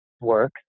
work